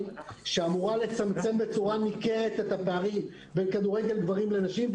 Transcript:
שאמורה לצמצם בצורה ניכרת את הפערים בין כדורגל גברים לנשים.